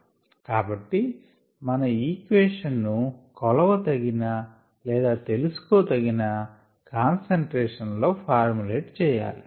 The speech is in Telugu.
కాబట్టి మన ఈక్వేషన్ ను కొలవ తగిన లేదా తెలిసికోదగిన కాన్సంట్రేషన్ లలో ఫార్ములేట్ చేయాలి